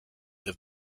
have